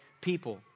people